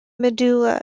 medulla